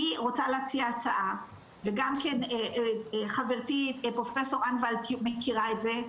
אני רוצה להציע הצעה וגם כן חברתי פרופ' אנדולט מכירה את זה,